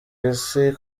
isi